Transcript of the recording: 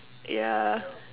yeah